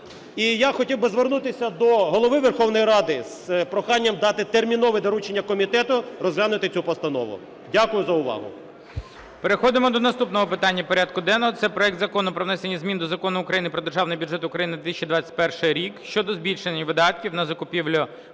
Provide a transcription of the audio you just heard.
І я хотів би звернутися до Голови Верховної Ради з проханням дати термінове доручення комітету розглянути цю постанову. Дякую за увагу. ГОЛОВУЮЧИЙ. Переходимо до наступного порядку денного. Це проект Закону про внесення змін до Закону України "Про Державний бюджет України на 2021 рік" щодо збільшення видатків на закупівлю,